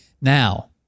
Now